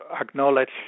acknowledge